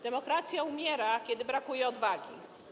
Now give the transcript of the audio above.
Demokracja umiera, kiedy brakuje odwagi.